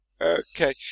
Okay